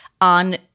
on